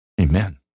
Amen